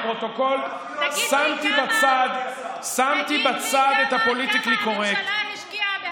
לפרוטוקול: שמתי בצד את הפוליטיקלי קורקט,